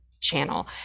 channel